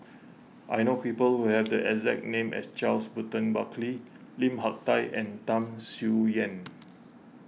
I know people who have the exact name as Charles Burton Buckley Lim Hak Tai and Tham Sien Yen